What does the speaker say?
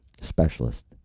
specialist